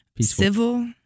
civil